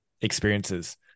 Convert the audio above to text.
experiences